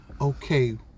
okay